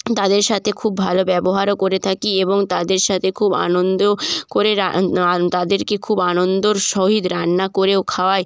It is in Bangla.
তাদের সাথে খুব ভালো ব্যবহারও করে থাকি এবং তাদের সাথে খুব আনন্দও করে রান আন তাদেরকে খুব আনন্দর সহিত রান্না করেও খাওয়াই